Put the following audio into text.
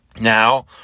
Now